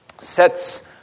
sets